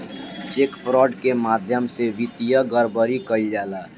check fraud के माध्यम से वित्तीय गड़बड़ी कईल जाला